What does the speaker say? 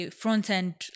front-end